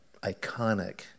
iconic